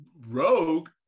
Rogue